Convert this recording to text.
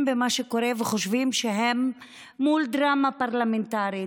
במה שקורה וחושבים שהם מול דרמה פרלמנטרית,